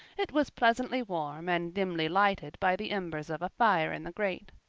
it was pleasantly warm and dimly lighted by the embers of a fire in the grate.